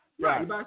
Right